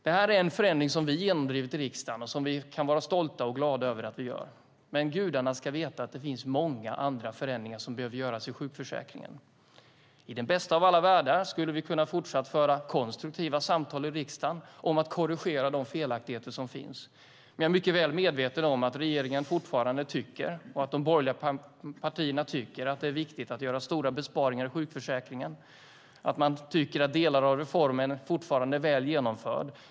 Det här är en förändring som vi har genomdrivit i riksdagen och som vi kan vara stolta och glada över att vi gör. Men gudarna ska veta att det finns många andra förändringar som behöver göras i sjukförsäkringen! I den bästa av alla världar skulle vi kunna fortsätta att föra konstruktiva samtal i riksdagen om att korrigera de felaktigheter som finns. Men jag är mycket väl medveten om att regeringen och de borgerliga partierna fortfarande tycker att det är viktigt att göra stora besparingar i sjukförsäkringen. De tycker att delar av reformen fortfarande är väl genomförda.